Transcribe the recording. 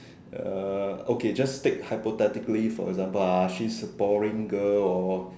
uh okay just speak hypothetically for example ah she is a boring girl or